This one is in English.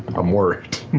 i'm worried.